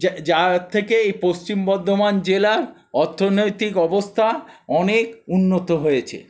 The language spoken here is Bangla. যার থেকে এই পশ্চিম বর্ধমান জেলার অর্থনৈতিক অবস্থা অনেক উন্নত হয়েছে